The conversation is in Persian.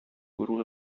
گروه